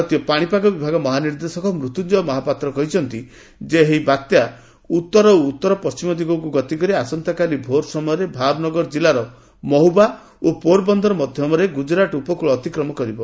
ଭାରତୀୟ ପାଣିପାଗ ବିଭାଗ ମହାନିର୍ଦ୍ଦେଶକ ମୃତ୍ୟୁଞ୍ଜୟ ମହାପାତ୍ର କହିଛନ୍ତି ଯେ ଏହି ବାତ୍ୟା ଉତ୍ତର ଓ ଉତ୍ତର ପଶ୍ଚିମ ଦିଗକୁ ଗତକରି ଆସନ୍ତାକାଲି ଭୋର ସମୟରେ ଭାବନଗର ଜିଲ୍ଲାର ମହୁବା ଓ ପୋର ବନ୍ଦର ମଧ୍ୟରେ ଏହା ଗୁଜରାଟ ଉପକ୍ଳ ଅତିକ୍ରମ କରିବ